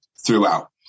throughout